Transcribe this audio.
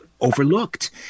overlooked